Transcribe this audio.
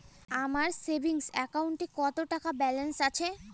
আমার সেভিংস অ্যাকাউন্টে কত টাকা ব্যালেন্স আছে?